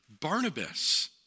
Barnabas